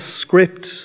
script